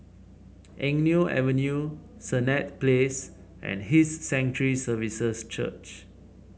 Eng Neo Avenue Senett Place and His Sanctuary Services Church